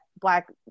Black